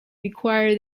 require